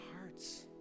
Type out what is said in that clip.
hearts